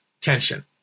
tension